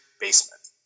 basement